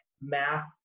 math